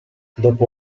dopo